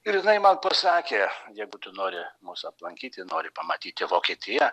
ir jinai man pasakė jeigu tu nori mus aplankyti nori pamatyti vokietiją